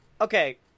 Okay